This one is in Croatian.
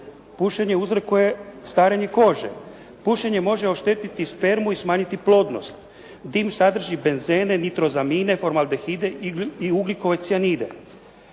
"Pušenje uzrokuje starenje kože", "Pušenje može oštetiti spermu i smanjiti plodnost, tim sadrži benzene, nitrozamine, formaldehide i ugljikocijanide."